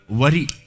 worry